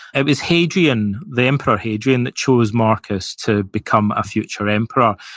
it was hadrian, the emperor hadrian that chose marcus to become a future emperor.